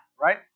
right